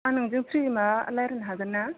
आं नोजों फ्रि रायलायनो हागोन्ना